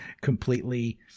completely